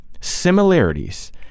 similarities